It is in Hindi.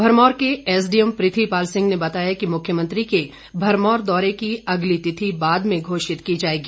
भरमौर के एसडीएम पृथी पाल सिंह ने बताया कि मुख्यमंत्री के भरमौर दौरे की अगली तिथि बाद में घोषित की जाएगी